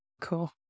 Cool